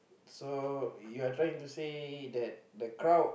so you are trying to say that the crowd